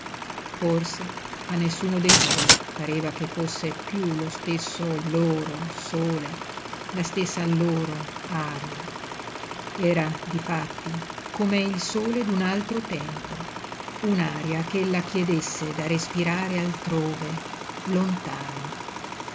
forse a nessuno dei due pareva che fosse piú lo stesso loro sole la stessa loro aria era difatti come il sole d'un altro tempo un'aria ch'ella chiedesse da respirare altrove lontano